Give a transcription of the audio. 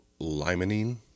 Limonene